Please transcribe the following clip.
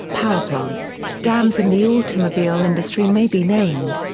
power plants, dams and the automobile industry may be named.